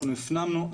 אנחנו הפנמנו,